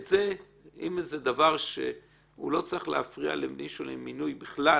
אם זה דבר שלא צריך להפריע למישהו למינוי בכלל,